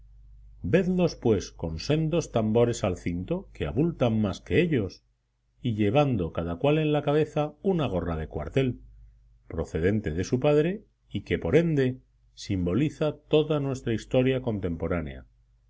vedlos pues con sendos tambores al cinto que abultan más que ellos y llevando cada cual en la cabeza una gorra de cuartel procedente de su padre y que por ende simboliza toda nuestra historia contemporánea